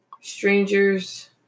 strangers